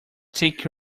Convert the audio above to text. take